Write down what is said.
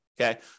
Okay